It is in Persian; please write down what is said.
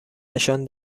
نشان